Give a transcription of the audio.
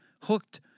hooked